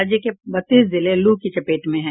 राज्य के बत्तीस जिले लू की चपेट में हैं